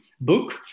book